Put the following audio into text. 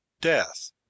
death